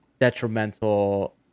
detrimental